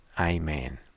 Amen